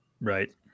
Right